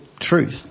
truth